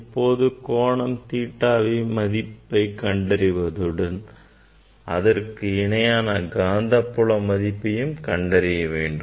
இப்போது கோணம் theta மதிப்பை கண்டறிவதோடு இதற்கு இணையான காந்தப்புல மதிப்பையும் கண்டறிய வேண்டும்